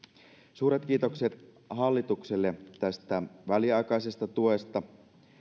suuret kiitokset hallitukselle tästä väliaikaisesta tuesta